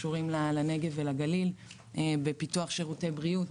שקשורים לנגב ולגליל בפיתוח שירותי בריאות,